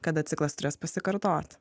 kada ciklas turės pasikartoti